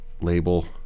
label